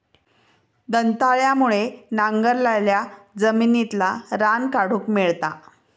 दंताळ्यामुळे नांगरलाल्या जमिनितला रान काढूक मेळता